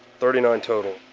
thirty nine total.